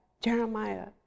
Jeremiah